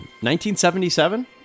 1977